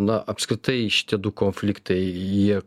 na apskritai šitie du konfliktai jie